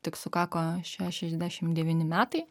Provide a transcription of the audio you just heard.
tik sukako šešiasdešim devyni metai